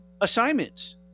assignments